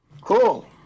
Cool